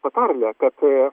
patarlę kad